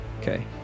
okay